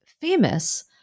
famous